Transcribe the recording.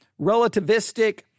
relativistic